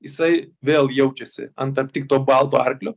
jisai vėl jaučiasi ant aptikto balto arklio